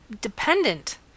dependent